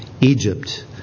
Egypt